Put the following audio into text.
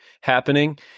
happening